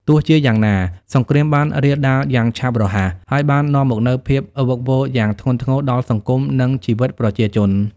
ទោះជាយ៉ាងណា សង្គ្រាមបានរាលដាលយ៉ាងឆាប់រហ័ស ហើយបាននាំមកនូវភាពវឹកវរយ៉ាងធ្ងន់ធ្ងរដល់សង្គមនិងជីវិតប្រជាជន។